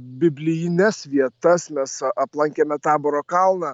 biblijines vietas mes aplankėme taboro kalną